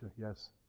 yes